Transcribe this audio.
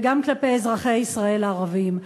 וגם כלפי אזרחי ישראל הערבים.